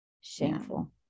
Shameful